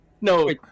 No